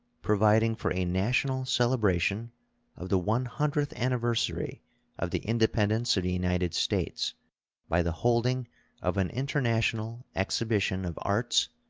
providing for a national celebration of the one hundredth anniversary of the independence of the united states by the holding of an international exhibition of arts,